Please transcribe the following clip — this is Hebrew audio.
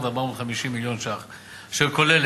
אבל הפערים החברתיים,